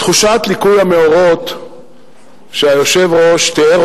בתחושת ליקוי המאורות שהיושב-ראש תיאר